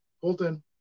colton